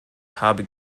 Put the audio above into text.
habe